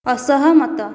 ଅସହମତ